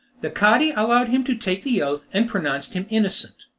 the cadi allowed him to take the oath, and pronounced him innocent.